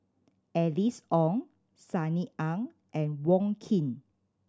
Alice Ong Sunny Ang and Wong Keen